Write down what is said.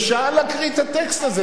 זה שעה להקריא את הטקסט הזה.